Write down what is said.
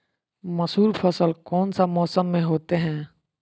मसूर फसल कौन सा मौसम में होते हैं?